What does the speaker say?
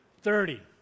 Thirty